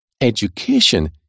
education